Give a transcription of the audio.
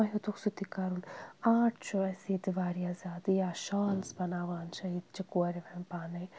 وۄنۍ ہیوٚتُکھ سُہ تہِ کَرُن آرٹ چھُ اَسہِ ییٚتہِ واریاہ زیادٕ یا شالٕز بَناوان چھِ ییٚتہِ چھِ کورِ وۄنۍ پانے